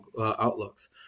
outlooks